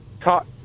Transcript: talk